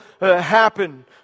happen